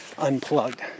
Unplugged